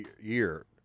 year